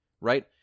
Right